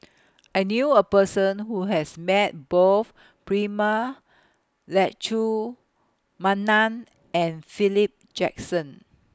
I knew A Person Who has Met Both Prema Letchumanan and Philip Jackson